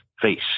face